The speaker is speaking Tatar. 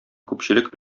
күпчелек